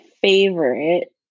favorite